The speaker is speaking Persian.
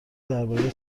درباره